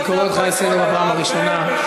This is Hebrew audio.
אני קורא אותך לסדר בפעם הראשונה.